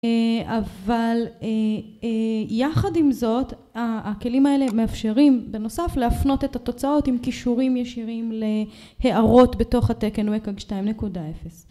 אבל יחד עם זאת הכלים האלה מאפשרים בנוסף להפנות את התוצאות עם קישורים ישירים להערות בתוך התקן WCAG 2.0